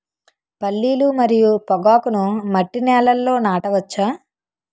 పల్లీలు మరియు పొగాకును మట్టి నేలల్లో నాట వచ్చా?